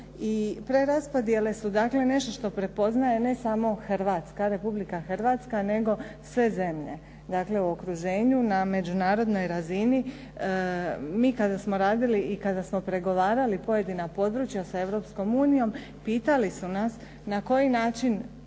i preraspodjele su dakle nešto što prepoznaje ne samo Republika Hrvatska, nego sve zemlje, dakle u okruženju, na međunarodnoj razini. Mi kada smo radili i kada smo pregovarali pojedina područja sa Europskom unijom, pitali su nas na koji način